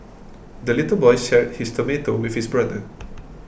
the little boy shared his tomato with his brother